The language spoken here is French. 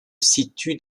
situe